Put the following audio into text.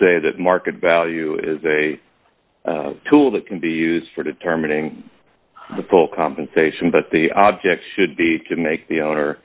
say that market value is a tool that can be used for determining the full compensation but the object should be to make the owner